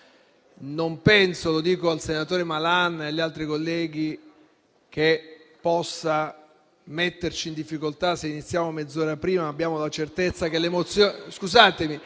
non penso - lo dico al senatore Malan e gli altri colleghi - che possa metterci in difficoltà se iniziamo mezz'ora prima: o ci diamo la garanzia comune